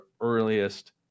earliest